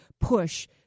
push